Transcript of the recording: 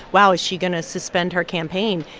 wow, is she going to suspend her campaign?